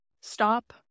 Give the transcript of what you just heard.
stop